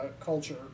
culture